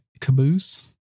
caboose